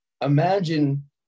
Imagine